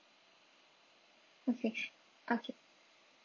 okay okay